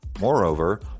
Moreover